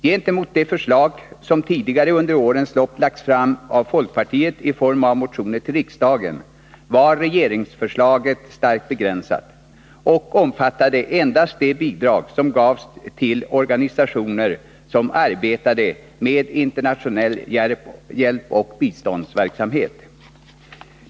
Gentemot de förslag som tidigare under årens lopp lagts fram av folkpartiet i form av motioner till riksdagen var regeringsförslaget starkt begränsat och omfattade endast de bidrag som gavs till organisationer som arbetade med internationell hjälpoch biståndsverksamhet.